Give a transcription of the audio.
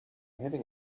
having